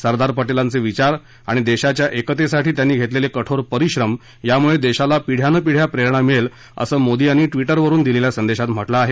सरदार पटेलांचे विचार आणि देशाच्या एकतेसाठी त्यांनी घेतलेले कठोर परिश्रम यामुळे देशाला पिढ्यानपिढ्या प्रेरणा मिळेल असं मोदी यांनी ट्विटरवरुन दिलेल्या संदेशात म्हटलं आहे